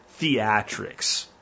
theatrics